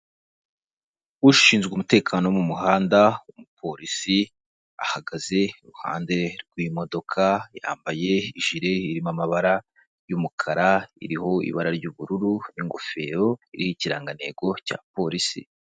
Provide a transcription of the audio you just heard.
Ushinzwe umutekano wo mu muhanda, umupolisi ahagaze iruhande rw'imodoka, yambaye ijire irimo amabara y'umukara, iriho ibara ry'ubururu, ingofero iri ikirangantego cya Polisi.